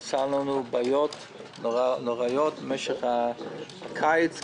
היו בעיות נוראיות במשך הקיץ גם.